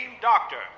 doctor